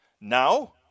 Now